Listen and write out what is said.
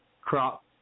crop